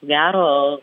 ko gero